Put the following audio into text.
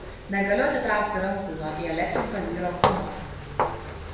negaliu atitraukti rankų nuo įelektrinto vyro kūno